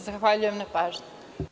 Zahvaljujem na pažnji.